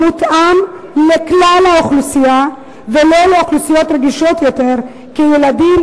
מותאם לכלל האוכלוסייה ולא לאוכלוסיות רגישות יותר כילדים,